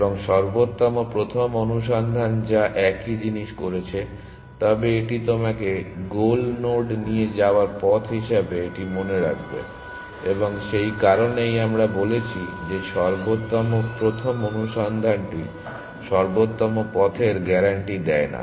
এখন সর্বোত্তম প্রথম অনুসন্ধান যা একই জিনিস করেছে তবে এটি তোমাকে গোল নোডে নিয়ে যাওয়ার পথ হিসাবে এটি মনে রাখবে এবং সেই কারণেই আমরা বলেছি যে সর্বোত্তম প্রথম অনুসন্ধানটি সর্বোত্তম পথের গ্যারান্টি দেয় না